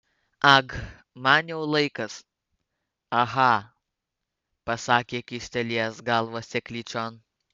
ag man jau laikas aha pasakė kyštelėjęs galvą seklyčion